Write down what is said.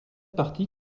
partie